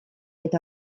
eta